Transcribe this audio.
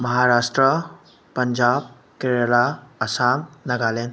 Maharashtra Punjab Kerala Assam Nagaland